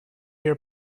your